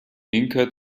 imker